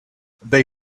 they